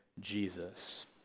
Jesus